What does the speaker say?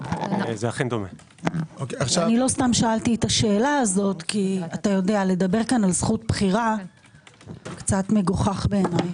סתם שאלתי את השאלה כי לדבר פה על זכות בחירה - קצת מגוחך בעיניי.